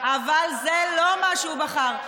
אבל זה לא מה שהוא בחר,